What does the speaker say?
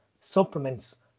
supplements